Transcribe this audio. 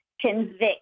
convict